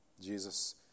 Jesus